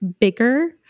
bigger